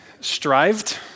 Strived